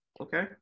Okay